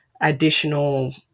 additional